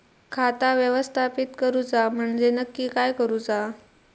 खाता व्यवस्थापित करूचा म्हणजे नक्की काय करूचा?